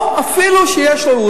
או אפילו שיש לו,